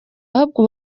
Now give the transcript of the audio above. ahubwo